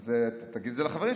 כי אין לו סמכות בכלל.